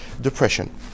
depression